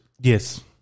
Yes